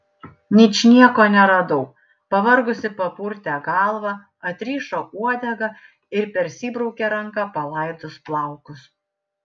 ničnieko neradau pavargusi papurtė galvą atrišo uodegą ir persibraukė ranka palaidus plaukus